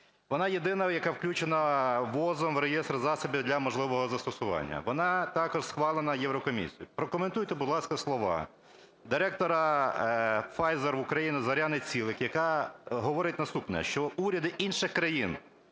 Вона єдина, яка включена ВООЗ в реєстр засобів для можливого застосування, вона також схвалена Єврокомісією. Прокоментуйте, будь ласка, слова директора Pfizer в Україні Зоряни Цілик, яка говорить наступне, що уряди інших країн